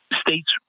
states